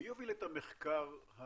מי הוביל את המחקר הגיאולוגי,